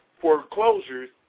foreclosures